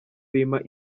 bimpa